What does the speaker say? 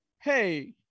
Hey